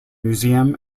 museum